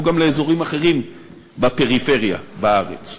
כמו גם לאזורים אחרים בפריפריה בארץ.